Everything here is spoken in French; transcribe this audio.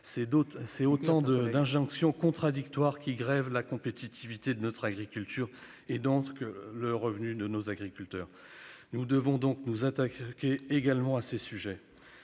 Ce sont autant d'injonctions contradictoires, qui grèvent la compétitivité de notre agriculture et, donc, le revenu de nos agriculteurs. Nous devons également nous attaquer à ces sujets.